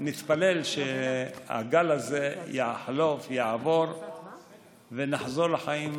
נתפלל שהגל הזה יחלוף, יעבור ונחזור לחיים רגילים.